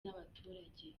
n’abaturage